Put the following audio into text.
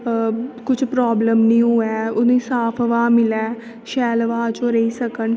कुछ प्रावल्म नेई होऐ उनेंगी साफ हवा मिलै शैल हवा च ओह् रेही सकन